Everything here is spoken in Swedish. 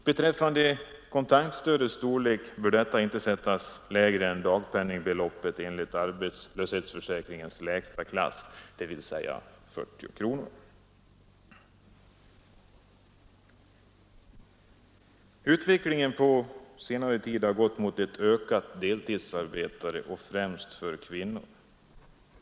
Beträffande kontantstödets storlek kan sägas att detta inte bör sättas lägre än dagpenningbeloppet enligt arbetslöshetsförsäkringens lägsta klass, dvs. 40 kronor. Utvecklingen på senare år har gått mot ett ökat deltidsarbete främst för kvinnor.